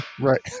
Right